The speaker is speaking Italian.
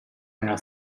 nella